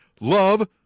love